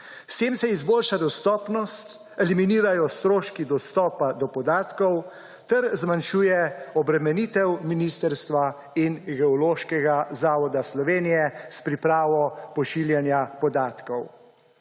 S tem se izboljša dostopnost, eliminirajo stroški dostopa do podatkov ter zmanjšuje obremenitev ministrstva in Geološkega zavoda Slovenije s pripravo pošiljanja podatkov.